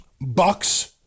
Bucks